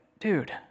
dude